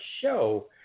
show